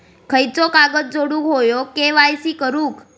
खयचो कागद जोडुक होयो के.वाय.सी करूक?